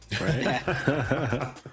Right